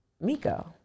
Miko